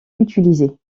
utilisé